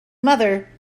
mother